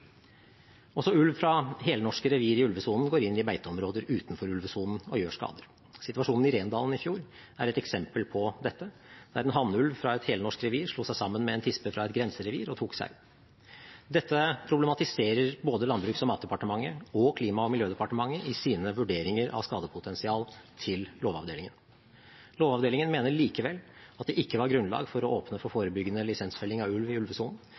Også ulv fra helnorske revir i ulvesonen går inn i beiteområder utenfor ulvesonen og gjør skade. Situasjonen i Rendalen i fjor er et eksempel på dette, der en hannulv fra et helnorsk revir slo seg sammen med en tispe fra et grenserevir og tok sau. Dette problematiserer både Landbruks- og matdepartementet og Klima- og miljødepartementet i sine vurderinger av skadepotensial til lovavdelingen. Lovavdelingen mener likevel at det ikke var grunnlag for å åpne for forebyggende lisensfelling av ulv i ulvesonen,